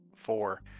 four